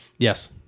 Yes